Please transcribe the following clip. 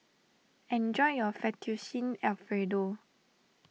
enjoy your Fettuccine Alfredo